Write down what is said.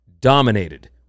dominated